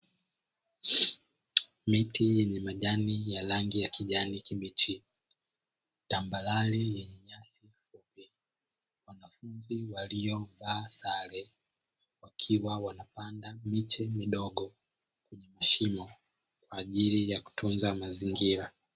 Miti yenye majani ya rangi ya kijani kibichi, tambarare yenye nyasi fupi, wanafunzi waliovalia sare wakiwa wanapanda miche midogo kwenye mashimo kwa ajili ya kutunza mazingira.